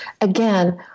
Again